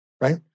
right